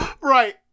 Right